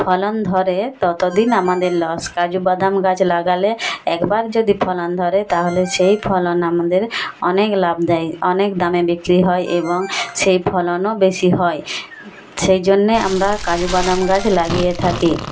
ফলন ধরে ততদিন আমাদের লস কাজুবাদাম গাছ লাগালে একবার যদি ফলন ধরে তাহলে সেই ফলন আমাদের অনেক লাভ দেয় অনেক দামে বিক্রি হয় এবং সেই ফলনও বেশি হয় সেই জন্যে আমরা কাজুবাদাম গাছ লাগিয়ে থাকি